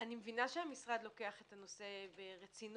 אני מבינה שהמשרד לוקח את הנושא ברצינות,